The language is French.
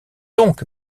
donc